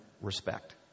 respect